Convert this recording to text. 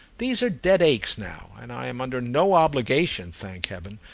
these are dead aches now, and i am under no obligation, thank heaven,